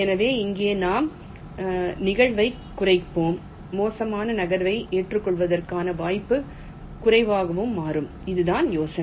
எனவே இங்கே நாம் நிகழ்தகவைக் குறைப்போம் மோசமான நகர்வை ஏற்றுக்கொள்வதற்கான வாய்ப்பு குறைவாகவும் மாறும் இதுதான் யோசனை